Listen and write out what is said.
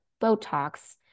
Botox